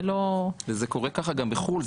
וזה קורה גם בחו"ל,